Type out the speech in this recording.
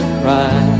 cry